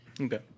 Okay